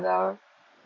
other